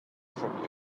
from